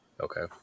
Okay